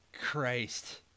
Christ